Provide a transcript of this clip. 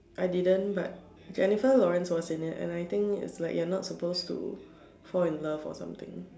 I didn't but Jennifer Lawrence was in it and I think it's like you are not suppose to fall in love or something